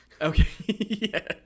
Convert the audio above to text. Okay